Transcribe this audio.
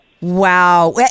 Wow